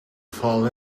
fall